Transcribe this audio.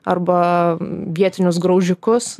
arba vietinius graužikus